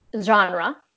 genre